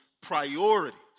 priorities